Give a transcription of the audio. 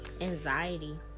anxiety